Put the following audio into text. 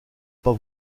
pas